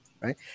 right